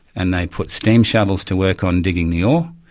and they put steam shovels to work on digging the ore,